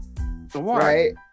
Right